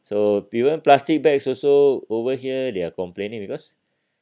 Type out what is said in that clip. so even plastic bags also over here they are complaining because